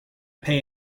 pay